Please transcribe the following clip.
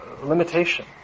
limitation